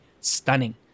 stunning